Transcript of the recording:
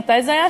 מתי זה היה,